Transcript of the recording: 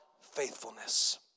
faithfulness